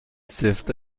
سفت